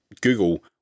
Google